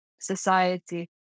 society